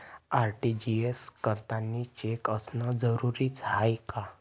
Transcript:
RTGS करतांनी cheque असनं जरुरीच हाय का?